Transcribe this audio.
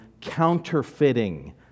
counterfeiting